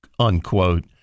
unquote